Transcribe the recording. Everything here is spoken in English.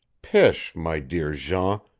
pish, my dear jean,